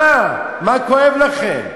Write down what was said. מה, מה כואב לכם?